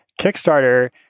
Kickstarter